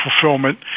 fulfillment